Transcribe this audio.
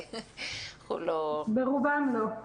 ברובן לא.